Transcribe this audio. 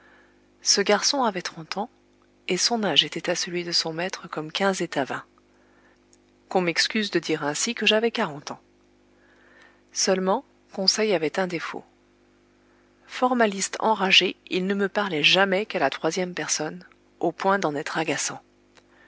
ce garçon avait trente ans et son âge était à celui de son maître comme quinze est à vingt qu'on m'excuse de dire ainsi que j'avais quarante ans seulement conseil avait un défaut formaliste enragé il ne me parlait jamais qu'à la troisième personne au point d'en être agaçant